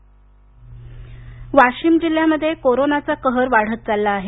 वाशिम आढावा वाशिम जिल्ह्यामध्ये कोरोनाचा कहर वाढत चालला आहे